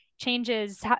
changes